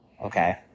Okay